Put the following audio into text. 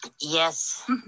yes